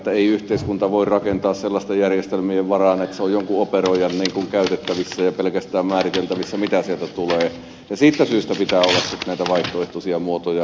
ei yhteiskunta voi rakentaa sellaisten järjestelmien varaan että se on pelkästään jonkun operoijan käytettävissä ja määriteltävissä mitä sieltä tulee ja siitä syystä pitää olla sitten näitä vaihtoehtoisia muotoja